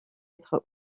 être